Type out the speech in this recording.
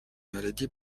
maladie